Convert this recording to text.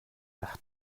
ach